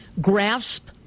grasp